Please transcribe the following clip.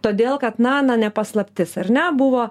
todėl kad na na ne paslaptis ar ne buvo